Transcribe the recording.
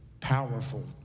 powerful